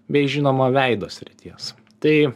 bei žinoma veido srities tai